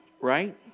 right